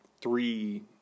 three